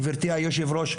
גבירתי היושבת-ראש,